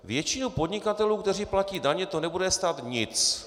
Většinu podnikatelů, kteří platí daně, to nebude stát nic.